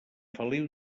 feliu